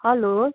hello